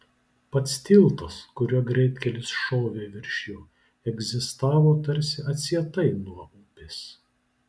pats tiltas kuriuo greitkelis šovė virš jo egzistavo tarsi atsietai nuo upės